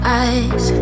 eyes